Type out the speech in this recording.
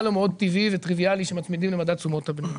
לו מאוד טבעי וטריוויאלי שמצמידים למדד תשומות הבנייה.